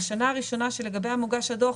בשנה הראשונה שלגביה מוגש הדוח